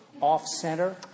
off-center